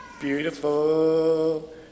Beautiful